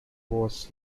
was